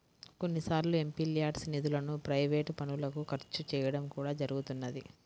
కొన్నిసార్లు ఎంపీల్యాడ్స్ నిధులను ప్రైవేట్ పనులకు ఖర్చు చేయడం కూడా జరుగుతున్నది